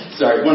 sorry